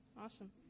awesome